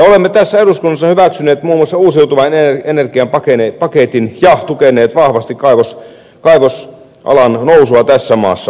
olemme tässä eduskunnassa hyväksyneet muun muassa uusiutuvan energian paketin ja tukeneet vahvasti kaivosalan nousua tässä maassa